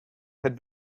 had